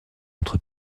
notre